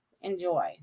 Enjoy